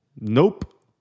Nope